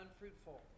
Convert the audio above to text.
unfruitful